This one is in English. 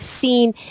seen